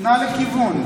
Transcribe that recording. נע לכיוון.